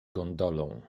gondolą